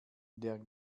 der